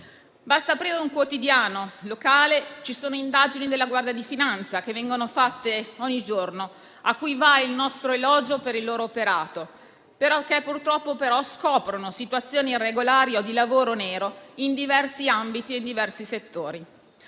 Basta aprire un quotidiano locale: indagini della Guardia di finanza vengono fatte ogni giorno, e a loro va il nostro elogio per il loro operato. Purtroppo, scoprono situazioni irregolari o di lavoro nero in diversi ambiti e settori.